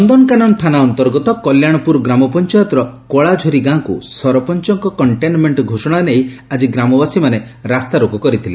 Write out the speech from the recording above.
ନନ୍ଦନକାନନ ଥାନା ଅନ୍ତର୍ଗତ କଲ୍ୟାଣପୁର ଗ୍ରାମ ପଞାୟତର କଳାଝାରୀ ଗାଁକୁ ସରପଞ୍ଙକ କକ୍କେନ୍ମେଙ୍କ ଘୋଷଣା ନେଇ ଆଜି ଗ୍ରାମବାସୀମାନେ ରାସ୍ତାରୋକ କରିଛନ୍ତି